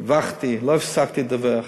דיווחתי, ולא הפסקתי לדווח.